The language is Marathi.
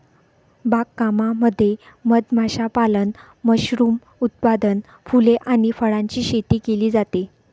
बाग कामामध्ये मध माशापालन, मशरूम उत्पादन, फुले आणि फळांची शेती केली जाते